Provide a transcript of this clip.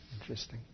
Interesting